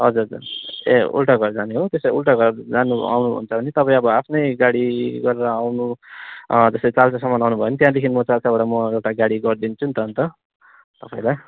हजर हजर ए उल्टा घर जाने हो त्यसो भए उल्टा घर जानु आउनु हुन्छ भने तपाईँ अब आफ्नै गाडी गरेर आउनु जस्तै चाल्सासम्म आउनुभयो भने त्यहाँदेखिन् म चाल्साबाट म एउटा गाडी गरिदिन्छु नि त अन्त तपाईँलाई